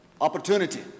opportunity